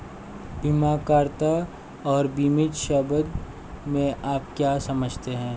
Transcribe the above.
बीमाकर्ता और बीमित शब्द से आप क्या समझते हैं?